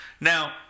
Now